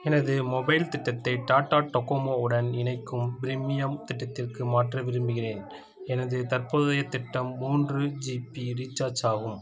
எனது மொபைல் திட்டத்தை டாடா டோகோமோ உடன் இணைக்கும் ப்ரீமியம் திட்டத்திற்கு மாற்ற விரும்புகிறேன் எனது தற்போதைய திட்டம் மூன்று ஜிபி ரீசார்ஜ் ஆகும்